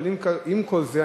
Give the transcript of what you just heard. עם כל זה,